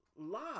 love